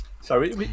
Sorry